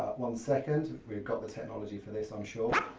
one second. we've got the technology for this, i'm sure.